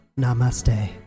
Namaste